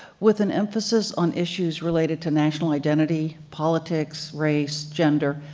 with an emphasis on issues related to national identity, politics, race, gender,